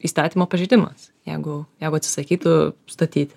įstatymo pažeidimas jeigu jeigu atsisakytų statyti